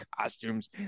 costumes